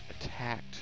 attacked